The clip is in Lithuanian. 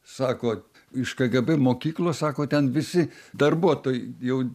sako iš kgb mokyklos sako ten visi darbuotojai jau